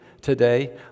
today